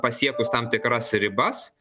pasiekus tam tikras ribas